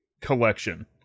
collection